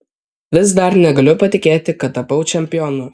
vis dar negaliu patikėti kad tapau čempionu